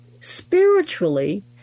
Spiritually